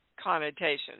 connotation